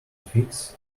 fix